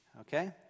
Okay